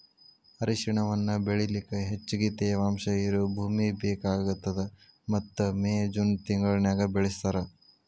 ಅರಿಶಿಣವನ್ನ ಬೆಳಿಲಿಕ ಹೆಚ್ಚಗಿ ತೇವಾಂಶ ಇರೋ ಭೂಮಿ ಬೇಕಾಗತದ ಮತ್ತ ಮೇ, ಜೂನ್ ತಿಂಗಳನ್ಯಾಗ ಬೆಳಿಸ್ತಾರ